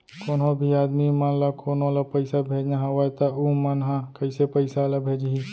कोन्हों भी आदमी मन ला कोनो ला पइसा भेजना हवय त उ मन ह कइसे पइसा ला भेजही?